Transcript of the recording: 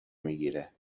میگیره